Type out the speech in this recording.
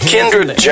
Kindred